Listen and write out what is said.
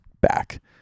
back